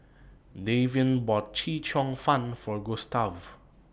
Davion bought Chee Cheong Fun For Gustav